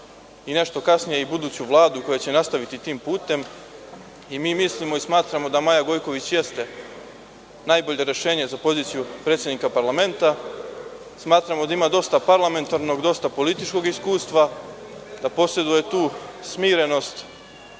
nešto kasnije i buduću vladu koja će nastaviti tim putem. Mi mislimo i smatramo da Maja Gojković jeste najbolje rešenje za poziciju predsednika parlamenta, smatramo da ima dosta parlamentarnog, dosta političkog iskustva, da poseduje tu smirenost